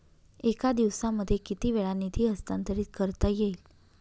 एका दिवसामध्ये किती वेळा निधी हस्तांतरीत करता येईल?